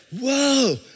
whoa